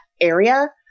area